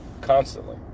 constantly